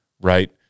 right